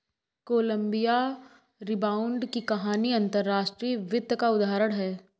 Colombia rebound की कहानी अंतर्राष्ट्रीय वित्त का उदाहरण है